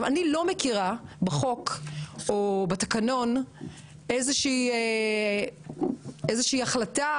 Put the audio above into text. אני לא מכירה בחוק או בתקנון איזו שהיא החלטה